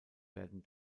werden